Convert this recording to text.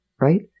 right